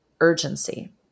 urgency